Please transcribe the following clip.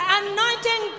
anointing